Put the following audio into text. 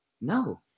No